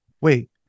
Wait